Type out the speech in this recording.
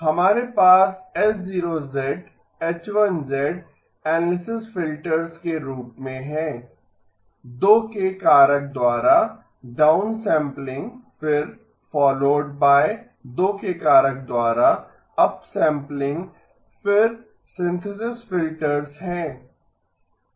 हमारे पास H 0 H1 analysis filters के रूप में हैं 2 के कारक द्वारा डाउनसैंपलिंग फिर फॉलोड बाय 2 के कारक के द्वारा अपसैंपलिंग फिर सिंथेसिस फिल्टर्स हैं